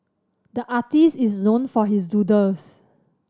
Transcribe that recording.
the artist is known for his doodles